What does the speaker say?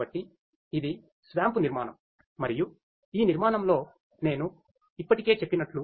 కాబట్టి ఇది SWAMP నిర్మాణం మరియు ఈ నిర్మాణంలో నేను ఇప్పటికే చెప్పినట్లు